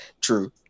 true